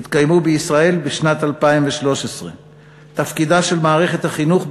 יתקיימו בישראל בשנת 2013. תפקידה של מערכת החינוך,